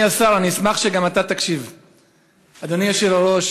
אדוני השר,